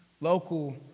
Local